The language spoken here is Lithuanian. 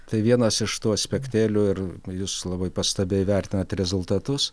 tai vienas iš tų aspektėlių ir jūs labai pastabiai vertinant rezultatus